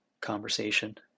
conversation